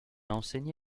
enseigné